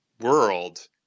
world